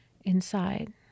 inside